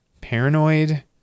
Paranoid